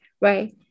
right